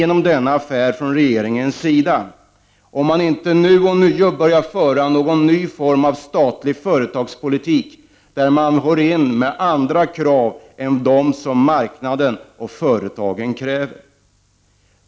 Man frågar sig om regeringen då inte börjar föra en ny form av statlig företagspolitik, där det ställs andra krav än de som marknaden och företagen har.